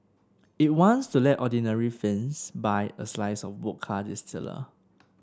it wants to let ordinary Finns buy a slice of vodka distiller